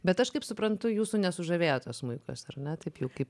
bet aš kaip suprantu jūsų nesužavėjo tas smuikas ar ne taip jau kaip